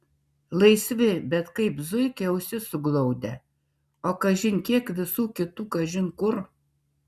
laisvi bet kaip zuikiai ausis suglaudę o kažin kiek visų kitų kažin kur